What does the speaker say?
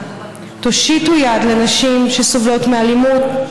תושיטו יד לנשים שסובלות מאלימות,